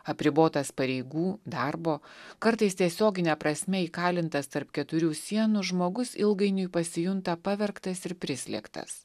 apribotas pareigų darbo kartais tiesiogine prasme įkalintas tarp keturių sienų žmogus ilgainiui pasijunta pavergtas ir prislėgtas